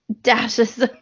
dashes